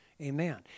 Amen